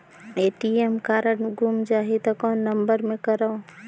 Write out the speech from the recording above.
ATM card गुम जाही त कौन नम्बर मे करव?